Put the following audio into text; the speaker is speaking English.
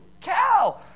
cow